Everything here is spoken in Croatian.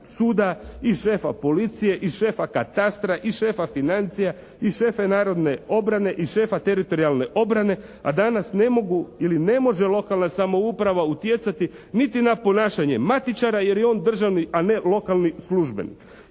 i šefa policije i šefa katastra i šefa financija i šefa narodne obrane i šefa teritorijalne obrane, a danas ne mogu ili ne može lokalna samouprava utjecati niti na ponašanje matičara jer je on državni a ne lokalni službenik.